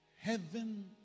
heaven